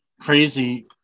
crazy